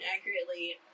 accurately